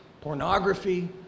pornography